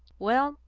well,